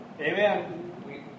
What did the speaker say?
amen